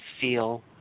feel